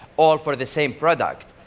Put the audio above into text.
all for the same product.